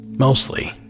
mostly